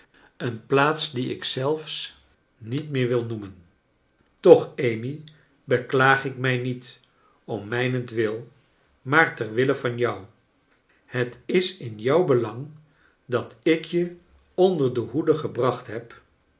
een plaats die ik zelfs niet meer wil noemen toch amy beklaag ik mij niet om mijnentwil maar ter wille van jou het is in jouw belang dat ik je onder de hoede gebracht heb